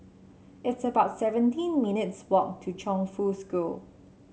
it's about seventeen minutes' walk to Chongfu School